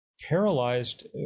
paralyzed